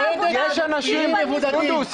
שמיועדת לאנשים מבודדים.